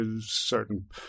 certain